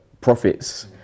profits